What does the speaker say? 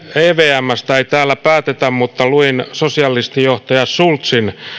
evmstä ei täällä päätetä mutta luin sosialistijohtaja schulzin